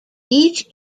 each